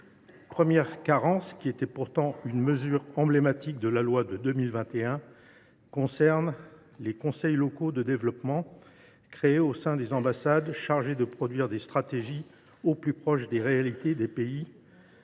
Première carence, qui était pourtant une mesure emblématique de la loi de 2021 : les conseils locaux de développement, institués au sein des ambassades pour produire des stratégies au plus près des réalités,